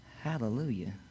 hallelujah